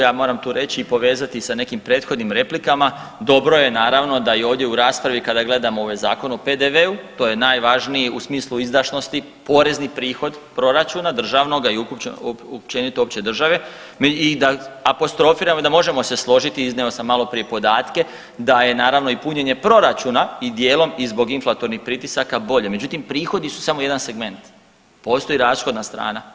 Ja moram tu reći i povezati sa nekim prethodnim replikama, dobro je naravno da i ovdje u raspravi kada gledamo ovaj Zakon o PDV-u, to je najvažniji u smislu izdašnosti porezni prihod proračuna državnoga i općenito opće države i da apostrofiram i da možemo se složiti, iznio sam maloprije podatke da je naravno i punjenje proračuna i dijelom i zbog inflatornih pritisaka bolje, međutim prihodi su samo jedan segment, postoji i rashodna strana.